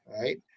Right